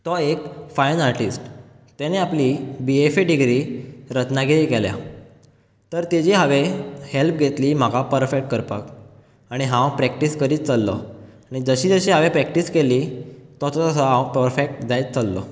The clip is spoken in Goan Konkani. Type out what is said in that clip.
तो एक फायन आरटिस्ट तेने आपली बी ए ची डिग्री रत्नागिरी केल्या तर तेजी हांवें हॅल्प घेतली म्हाका पर्फॅक्ट करपाक आनी हांव प्रॅक्टीस करत चल्लो आनी जशी जशी हांवे प्रॅक्टीस केली तोसो तोसो हांव पर्फेक्ट जायत चल्लो